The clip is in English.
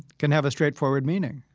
can have a straightforward meaning.